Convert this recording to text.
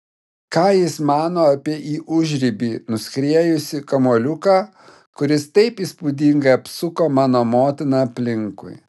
ką jis mano apie į užribį nuskriejusi kamuoliuką kuris taip įspūdingai apsuko mano motiną aplinkui